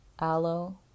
aloe